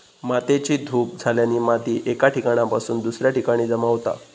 मातेची धूप झाल्याने माती एका ठिकाणासून दुसऱ्या ठिकाणी जमा होता